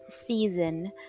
season